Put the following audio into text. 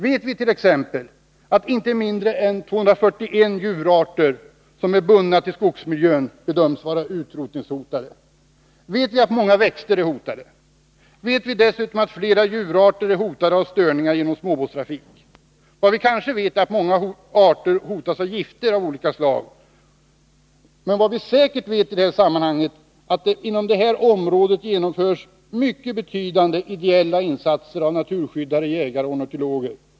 Vet vi t.ex. att inte mindre än 241 djurarter som är bundna till skogsmiljön bedöms vara utrotningshotade? Vet vi att många växter är hotade? Vet vi dessutom att flera djurarter är hotade av störningar på grund av småbåtstrafik? Vad vi kanske vet är att många arter hotas av gifter av olika slag. Vad vi säkert vet är att det på det här området genomförs mycket betydande ideella insatser av bl.a. naturskyddare, jägare och ornitologer.